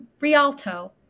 Rialto